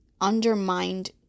undermined